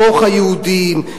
בתוך היהודים,